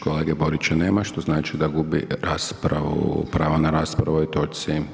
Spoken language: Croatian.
Kolege Borića nema što znači da gubi raspravu, pravo na raspravu o ovoj točci.